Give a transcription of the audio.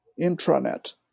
intranet